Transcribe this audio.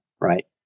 right